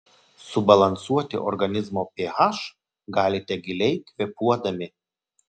subalansuoti organizmo ph galite giliai kvėpuodami